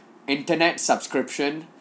internet subscription